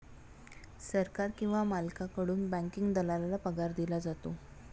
सरकार किंवा मालकाकडून बँकिंग दलालाला पगार दिला जातो